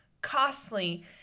costly